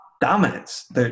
Dominance